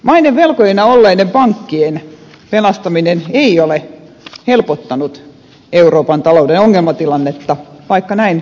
maiden velkojina olleiden pankkien pelastaminen ei ole helpottanut euroopan talouden ongelmatilannetta vaikka näin silloin puhuttiin